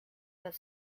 but